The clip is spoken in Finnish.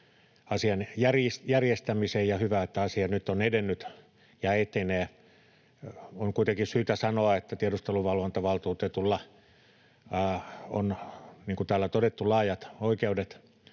asian järjestämiseen, ja hyvä, että asia nyt on edennyt ja etenee. On kuitenkin syytä sanoa, että tiedusteluvalvontavaltuutetulla on, niin kuin täällä on todettu, laajat oikeudet